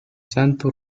santo